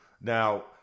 Now